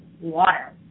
water